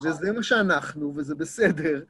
וזה מה שאנחנו, וזה בסדר.